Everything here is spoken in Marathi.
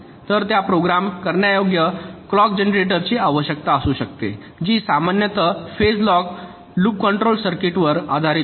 तर त्यास प्रोग्राम करण्यायोग्य क्लॉक जनरेटरची आवश्यकता असू शकते जी सामान्यत फेज लॉक लूप कंट्रोल सर्किटवर आधारित असते